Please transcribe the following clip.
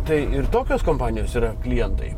tai ir tokios kompanijos yra klientai